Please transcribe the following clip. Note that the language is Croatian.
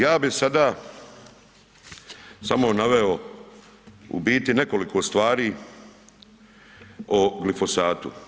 Ja bi sada samo naveo u biti nekoliko stvari o glifosatu.